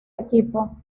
equipo